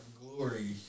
glory